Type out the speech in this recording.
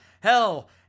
hell